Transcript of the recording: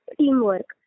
teamwork